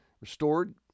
restored